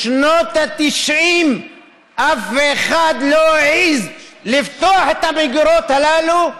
משנות ה-90 אף אחד לא העז לפתוח את המגירות הללו,